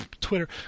Twitter